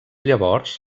llavors